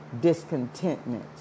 discontentment